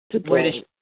British